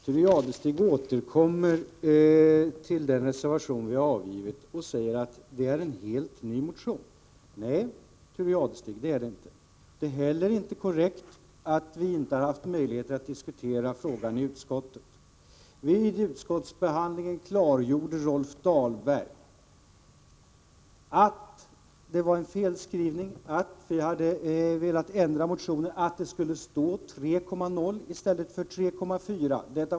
Herr talman! Thure Jadestig återkommer till den reservation som vi har avgivit om förändringar inom räntebidragssystemet och säger att vi där tar upp en helt ny motion. Nej, Thure Jadestig, det är inte en ny motion. Det är inte heller korrekt att säga att vi inte har haft möjligheter att diskutera frågan i utskottet. Vid utskottsbehandlingen klargjorde Rolf Dahlberg att det fanns en felskrivning i motionen som vi hade velat ändra, nämligen att det skulle stå 3,0istället för 3,4.